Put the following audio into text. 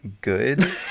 good